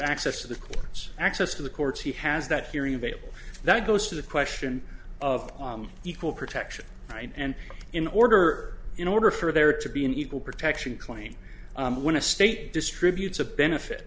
access the courts access to the courts he has that theory available that goes to the question of equal protection right and in order in order for there to be an equal protection claim when a state distributes a benefit